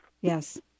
Yes